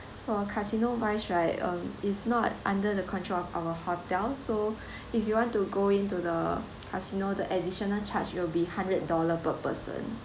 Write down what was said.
for casino wise right um is not under the control of our hotel so if you want to go into the casino the additional charge it'll be hundred dollar per person